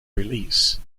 release